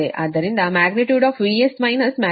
ಆದ್ದರಿಂದVS VRVR ಆದ್ದರಿಂದ ಪ್ರಮಾಣ VR 10